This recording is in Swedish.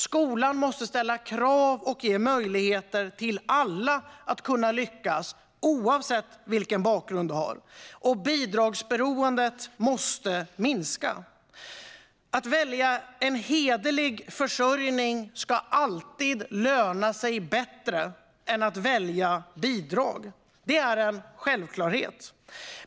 Skolan måste ställa krav och ge alla möjlighet att lyckas, oavsett vilken bakgrund man har. Bidragsberoendet måste minska. Att välja en hederlig försörjning ska alltid löna sig bättre än att välja bidrag. Det är en självklarhet.